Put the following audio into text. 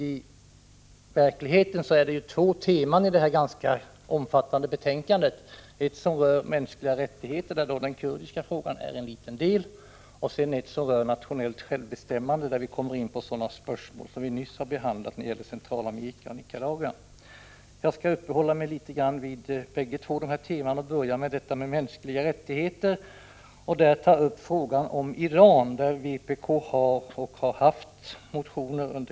I verkligheten är det två teman i detta ganska omfattande betänkande, ett som rör mänskliga rättigheter — där då den kurdiska frågan är en liten del — och ett som rör nationellt självbestämmande, där vi kommer in på sådana spörsmål som vi nyss behandlade när det gällde Centralamerika och Nicaragua. Jag skall uppehålla mig litet vid båda dessa teman och börjar med det som handlar om mänskliga rättigheter. Jag skall här ta upp frågan om Iran, som vpk under ganska många år har väckt motioner om.